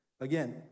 Again